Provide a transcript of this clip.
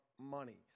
money